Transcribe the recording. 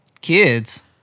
Kids